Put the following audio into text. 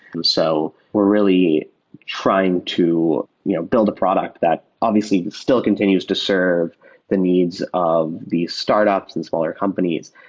and so we're really trying to you know build a product that obviously still continues to serve the needs of these startups and smaller companies,